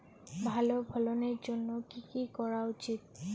ভালো ফলনের জন্য কি কি করা উচিৎ?